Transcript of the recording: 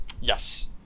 Yes